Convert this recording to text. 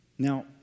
Now